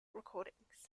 recordings